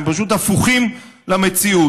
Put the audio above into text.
הם פשוט הפוכים מהמציאות.